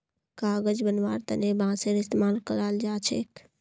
कागज बनव्वार तने बांसेर इस्तमाल कराल जा छेक